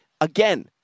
again –